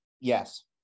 yes